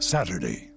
Saturday